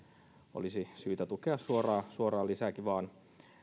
olisi syytä tukea suoraan lisääkin